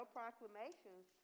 proclamations